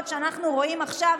הסמכויות שאנחנו רואים עכשיו,